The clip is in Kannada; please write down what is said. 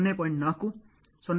4 ಆಗಿರುತ್ತದೆ